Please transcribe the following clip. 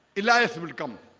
elias will come